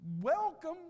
Welcome